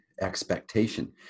expectation